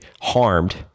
harmed